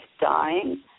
dying